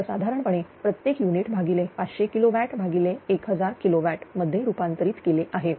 तर साधारणपणे प्रत्येक युनिट भागिले 500 किलोवॅट भागिले1000 किलोवॅट मध्ये रूपांतरित केले आहे